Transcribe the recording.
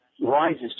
rises